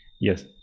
Yes